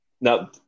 Now